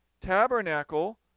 tabernacle